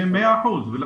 מאה אחוזים.